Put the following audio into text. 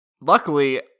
luckily